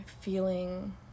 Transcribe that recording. feeling